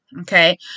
Okay